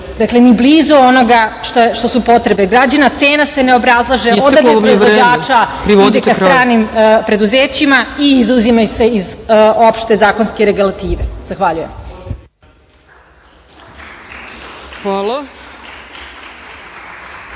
kraju.)Dakle, ni blizu onoga što su potrebe građana. Cena se ne obrazlaže. Odabir proizvođača ide ka stranim preduzećima i izuzimaju se iz opšte zakonske regulative. Zahvaljujem.